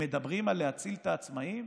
הם מדברים על להציל את העצמאים?